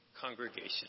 congregation